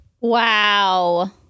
Wow